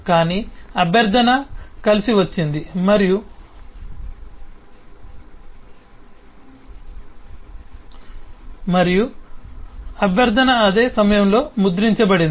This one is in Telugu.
కానీ అభ్యర్థన కలిసి వచ్చింది మరియు అభ్యర్థన అదే సమయంలో ముద్రించబడినది